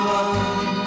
one